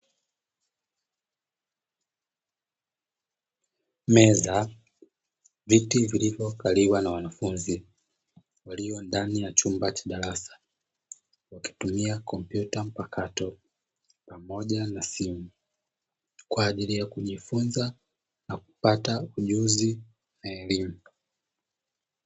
Meza, viti vilivyokaliwa na wanafunzi waliyo ndani ya chumba cha darasa, wakitumia kompyuta mpakato pamoja na simu kwa ajili ya kujifunza na kupata ujuzi na elimu.